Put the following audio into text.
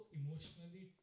emotionally